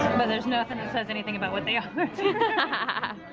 but there's nothing that says anything about what they ah ah